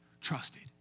trusted